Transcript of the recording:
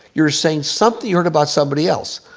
you're saying something you heard about somebody else.